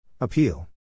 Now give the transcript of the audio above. Appeal